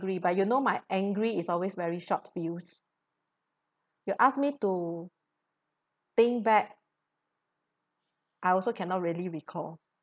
but you know my angry is always very short fuse you ask me to think back I also cannot really recall